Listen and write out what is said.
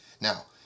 Now